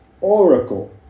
oracle